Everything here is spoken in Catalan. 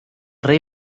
rei